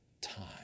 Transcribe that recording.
time